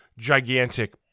gigantic